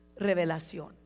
Revelación